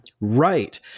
right